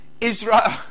Israel